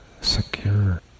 secure